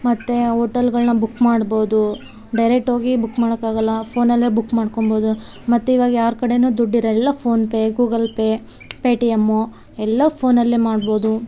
ಮತ್ತು ಹೋಟಲ್ಗಳ್ನ ಬುಕ್ ಮಾಡ್ಬೋದು ಡೈರೆಟ್ ಹೋಗಿ ಬುಕ್ ಮಾಡೋಕಾಗಲ್ಲ ಫೋನಲ್ಲೆ ಬುಕ್ ಮಾಡ್ಕೊಂಬೋದು ಮತ್ತು ಇವಾಗ ಯಾರ ಕಡೆ ದುಡ್ಡು ಇರೊಲ್ಲ ಎಲ್ಲ PhonePe Google Pay Paytm ಎಲ್ಲ ಫೋನಲ್ಲೆ ಮಾಡ್ಬೌದು